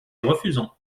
refusons